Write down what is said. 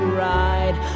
ride